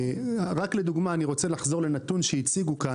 רק לדוגמה, אני רוצה לחזור לנתון שהציגו כאן.